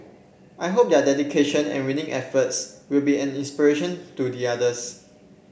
I hope their dedication and winning efforts will be an inspiration to the others